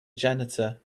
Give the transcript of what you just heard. janitor